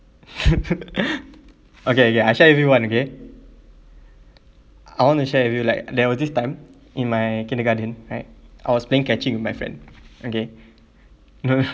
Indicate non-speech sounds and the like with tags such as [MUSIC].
[LAUGHS] okay okay I share with you one okay I want to share with you like there was this time in my kindergarten right I was playing catching with my friend okay [LAUGHS]